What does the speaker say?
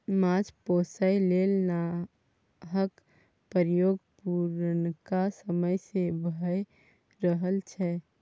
माछ पोसय लेल नाहक प्रयोग पुरनका समय सँ भए रहल छै